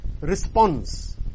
response